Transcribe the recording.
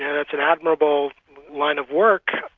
and it's an admirable line of work.